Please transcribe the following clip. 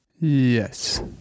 Yes